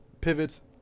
pivots